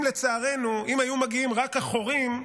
לצערנו, אם היו מגיעים רק החורים,